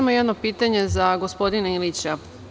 Samo jedno pitanje za gospodina Ilića.